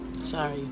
Sorry